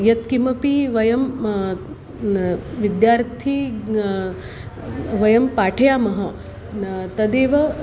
यत्किमपि वयं न् विद्यार्थी वयं पाठयामः न तदेव